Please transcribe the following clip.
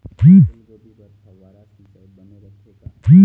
फूलगोभी बर फव्वारा सिचाई बने रथे का?